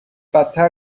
بدتر